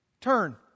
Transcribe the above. turn